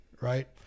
Right